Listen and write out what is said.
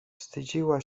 wstydziła